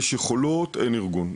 יש יכולות אין ארגון,